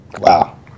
Wow